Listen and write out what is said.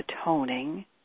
atoning